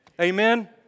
Amen